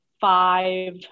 five